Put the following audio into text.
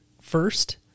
First